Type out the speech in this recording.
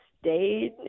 stayed